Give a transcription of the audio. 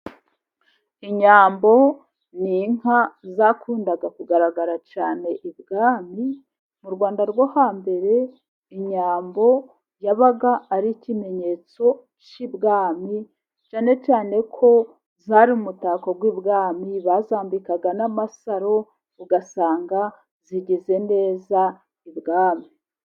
Inyambo n'inka zakundaga kugaragara cyane ibwami m'Urwanda rwo hambere. Inyambo yabaga ari ikimenyetso cy'ibwami cyane cyane ko zari umutako w'ibwami, bazambikaga n'amasaro ugasanga zigize neza w'ibwami.